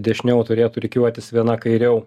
dešiniau turėtų rikiuotis viena kairiau